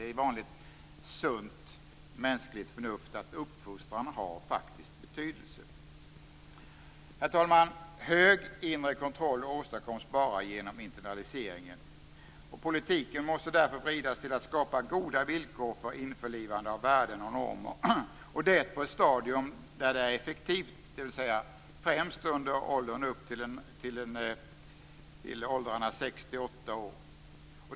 Det är vanligt, sunt, mänskligt förnuft att uppfostran faktiskt har betydelse. Herr talman! Hög inre kontroll åstadkoms bara genom internaliseringen. Politiken måste därför vridas till att skapa goda villkor för införlivande av värden och normer, och det måste ske på ett stadium där det är effektivt, dvs. främst under åldern upp till 6-8 år.